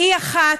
והיא אחת,